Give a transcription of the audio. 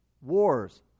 Wars